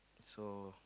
so